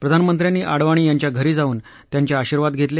प्रधानमंत्र्यांनी आडवाणी यांच्या घरी जाऊन त्यांचे आशीर्वाद घेतले